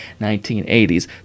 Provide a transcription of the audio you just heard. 1980s